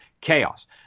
chaos